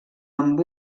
amb